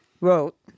wrote